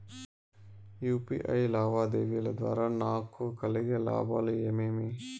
UPI లావాదేవీల ద్వారా నాకు కలిగే లాభాలు ఏమేమీ?